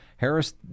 Harris